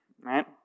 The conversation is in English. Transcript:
right